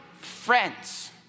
friends